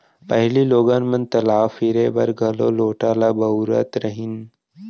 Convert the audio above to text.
पहिली लोगन मन तलाव फिरे बर घलौ लोटा ल बउरत रहिन